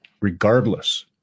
regardless